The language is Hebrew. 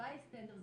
ה-by standers,